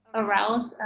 arouse